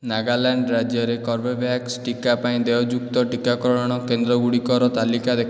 ନାଗାଲାଣ୍ଡ୍ ରାଜ୍ୟରେ କର୍ବେଭ୍ୟାକ୍ସ ଟୀକା ପାଇଁ ଦେୟଯୁକ୍ତ ଟୀକାକରଣ କେନ୍ଦ୍ରଗୁଡ଼ିକର ତାଲିକା ଦେଖାଅ